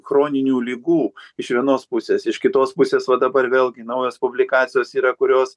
chroninių ligų iš vienos pusės iš kitos pusės va dabar vėlgi naujos publikacijos yra kurios